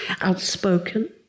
outspoken